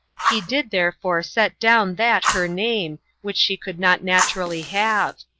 he did therefore set down that her name, which she could not naturally have.